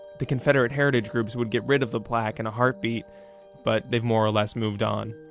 the confederate heritage groups would get rid of the plaque in a heartbeat but they've more or less moved on.